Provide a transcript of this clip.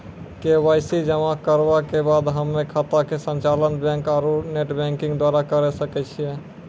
KYC जमा करला के बाद हम्मय खाता के संचालन बैक आरू नेटबैंकिंग द्वारा करे सकय छियै?